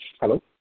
Hello